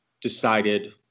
decided